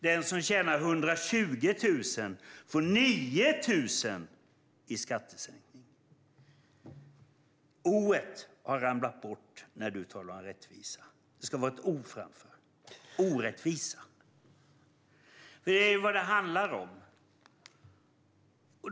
Den som tjänar 120 000 får 9 000 i skattesänkning. O:et har ramlat bort när du talar om rättvisa, Fredrik Schulte. Det ska vara ett O framför: orättvisa. Det är vad det handlar om.